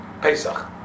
Pesach